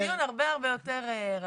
לא, זה דיון הרבה הרבה יותר רחב.